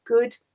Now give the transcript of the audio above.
good